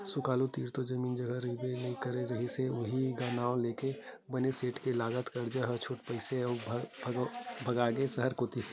सुकालू तीर तो जमीन जघा रहिबे नइ करे रिहिस हे उहीं नांव लेके बने सेठ के लगत करजा ल छूट नइ पाइस अउ भगागे सहर कोती